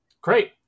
Great